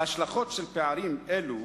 ההשלכות של פערים אלו